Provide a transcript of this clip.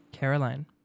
Caroline